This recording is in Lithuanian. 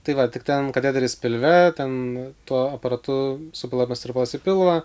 tai va tik ten kateteris pilve ten tuo aparatu supilamas tirpalas į pilvą